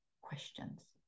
questions